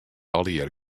allegear